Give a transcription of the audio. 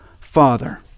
Father